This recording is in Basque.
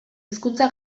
hizkuntza